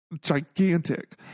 gigantic